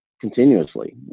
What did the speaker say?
continuously